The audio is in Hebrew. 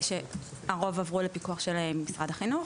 שרובם עברו לפיקוח של משרד החינוך,